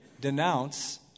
denounce